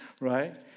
right